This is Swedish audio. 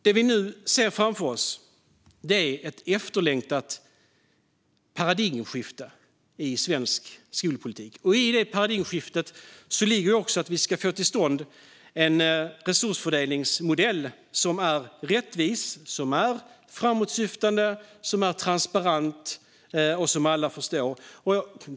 Det vi nu ser framför oss är ett efterlängtat paradigmskifte i svensk skolpolitik, och i det paradigmskiftet ligger också att vi ska få till stånd en resursfördelningsmodell som är rättvis, som är framåtsyftande, som är transparent och som alla förstår.